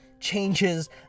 changes